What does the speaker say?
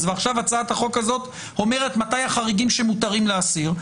ועכשיו הצעת החוק הזאת אומרת מתי החריגים מותרים כדי להסיר,